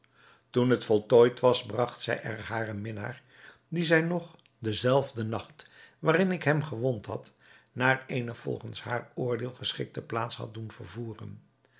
toen het voltooid was bragt zij er haren minnaar dien zij nog den zelfden nacht waarin ik hem gewond had naar eene volgens haar oordeel geschikte plaats had doen vervoeren